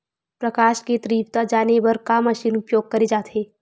प्रकाश कि तीव्रता जाने बर का मशीन उपयोग करे जाथे?